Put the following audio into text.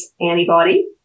antibody